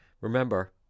remember